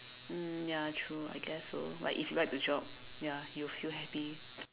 mm ya true I guess so like if you like the job ya you will feel happy